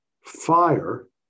fire